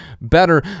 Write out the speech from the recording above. better